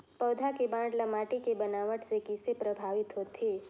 पौधा के बाढ़ ल माटी के बनावट से किसे प्रभावित होथे?